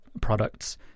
products